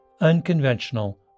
unconventional